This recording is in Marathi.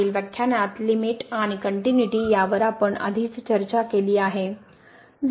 मागील व्याख्यानात लिमिटआणि कनट्युनिटी यावर आपण आधीच चर्चा केली आहे